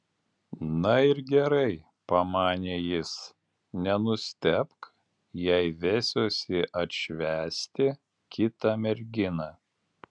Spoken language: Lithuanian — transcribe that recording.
na ir gerai pamanė jis nenustebk jei vesiuosi atšvęsti kitą merginą